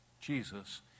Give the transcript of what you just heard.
Jesus